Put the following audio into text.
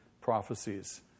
prophecies